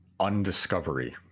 undiscovery